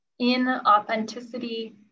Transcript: inauthenticity